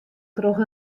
troch